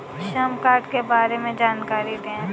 श्रम कार्ड के बारे में जानकारी दें?